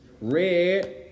Red